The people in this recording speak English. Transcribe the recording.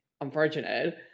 unfortunate